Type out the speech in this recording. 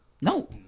No